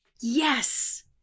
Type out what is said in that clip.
Yes